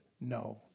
no